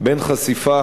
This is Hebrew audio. בין חשיפה